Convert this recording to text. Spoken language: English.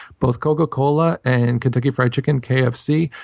both coca-cola and kentucky fried chicken, kfc,